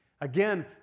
Again